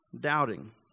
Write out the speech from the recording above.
doubting